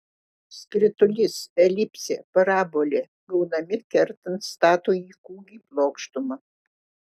skritulys elipsė parabolė gaunami kertant statųjį kūgį plokštuma